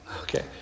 Okay